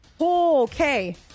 Okay